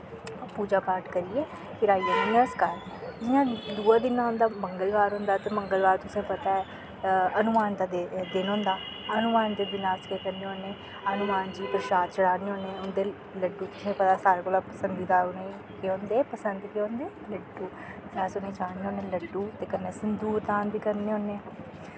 पूजा पाठ करियै फिर आई जन्ने अस घर जियां दुऐ दिन औंदा मंगलबार औंदा ते मंगलबार तुसें पता ऐ हनुमान दा दिन होंदा हनुमान दे दिन अस केह् करने होने हनुमान जी परशाद चढ़ान्ने होन्ने उं'दे लड्डू तुसें पता सारें कोला पसंदी दी उनें केह् औंदे पसंद केह् औंदे लड्डू अस उनें चाढ़न्ने होन्ने लड्डू ते कन्नै संदूर दान बी करने होन्ने